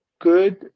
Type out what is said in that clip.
good